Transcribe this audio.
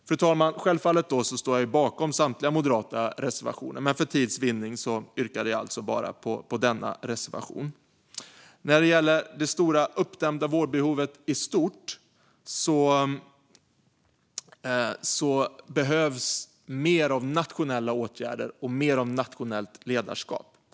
Fru talman! Självfallet står jag bakom samtliga moderata reservationer, men för tids vinning yrkar jag alltså bifall endast till denna reservation. När det gäller de stora uppdämda vårdbehoven i stort behövs mer av nationella åtgärder och nationellt ledarskap.